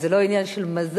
אז זה לא עניין של מזל,